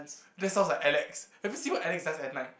that sounds like Alex have you see what Alex does at night